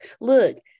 look